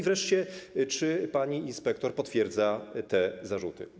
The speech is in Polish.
Wreszcie czy pani inspektor potwierdza te zarzuty?